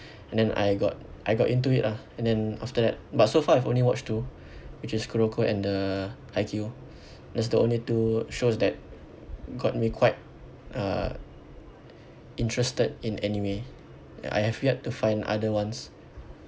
and then I got I got into it lah and then after that but so far I've only watched two which is kuruko and the haikyu that's the only two shows that got me quite uh interested in anime I have yet to find other ones